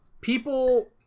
people –